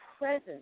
present